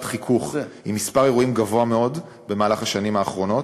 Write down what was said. חיכוך עם מספר אירועים גבוה מאוד במהלך השנים האחרונות.